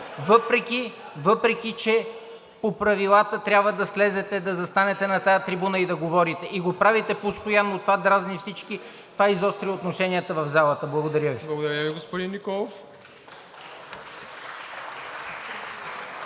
въпреки че по правилата трябва да слезете, да застанете на тази трибуна и да говорите, и го правите постоянно. Това дразни всички, това изостря отношенията в залата. Благодаря Ви. (Ръкопляскания от